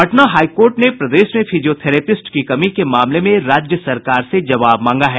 Patna high court ने प्रदेश में फिजियोथेरेपिस्ट की कमी के मामले में राज्य सरकार से जवाब मांगा है